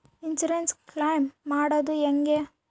Insurance claim ಮಾಡದು ಹೆಂಗೆ?